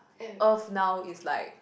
earth now is like